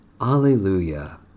Alleluia